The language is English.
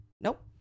Nope